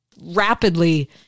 rapidly